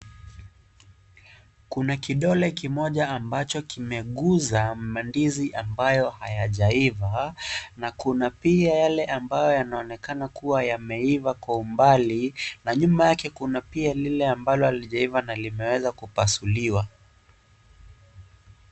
Kuna kidole kimoja ambacho kimeguza mandizi ambayo hayajaiva, na kuna pia yale ambayo yanaonekana kuwa yameiva kwa umbali, na nyuma yake kuna pia lile ambalo halijaiva na limewezakupasuliwa.